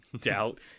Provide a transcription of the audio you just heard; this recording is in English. Doubt